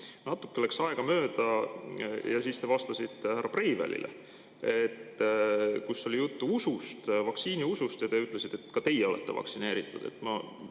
Natuke läks aega mööda ja siis te vastasite härra Breivelile. Siis oli juttu usust, vaktsiiniusust ja te ütlesite, et ka teie olete vaktsineeritud. Äkki